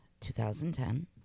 2010